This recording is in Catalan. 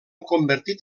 convertit